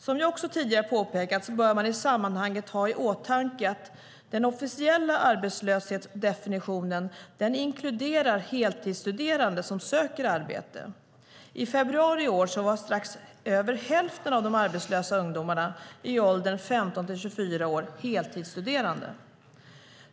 Som jag också tidigare påpekat bör man i sammanhanget ha i åtanke att den officiella arbetslöshetsdefinitionen inkluderar heltidsstuderande som söker arbete. I februari i år var strax över hälften av de arbetslösa ungdomarna i åldern 15-24 år heltidsstuderande.